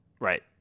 right